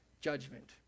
judgment